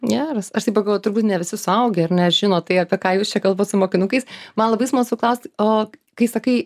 geras aš taip pagalvojau turbūt ne visi suaugę ar ne žino tai apie ką jūs čia kalbat su mokinukais man labai smalsu klaust o kai sakai